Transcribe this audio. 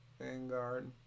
Vanguard